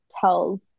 tells